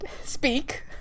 speak